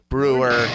Brewer